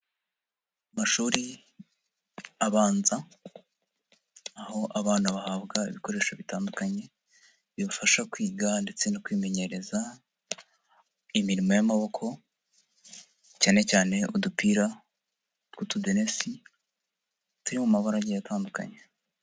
Amashuri abanza, aho abana bahabwa ibikoresho bitandukanye bibafasha kwiga ndetse no kwimenyereza imirimo y'amaboko, cyane cyane udupira tw'utudenesi turi mu mabara agiye atandukanye.